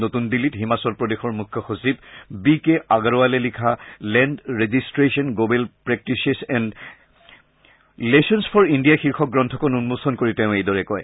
নতুন দিল্লীত হিমাচল প্ৰদেশৰ মুখ্য সচিব বি কে আগৰৱালে লিখা land registration global practices and lessons for India শীৰ্ষক গ্ৰন্থখন উম্মোচন কৰি তেওঁ এইদৰে কয়